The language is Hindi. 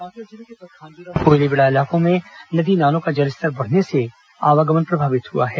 कांकेर जिले के पखांजूर और कोयलीबेड़ा इलाकों में नदी नालों का जलस्तर बढ़ने से आवागमन प्रभावित हुआ है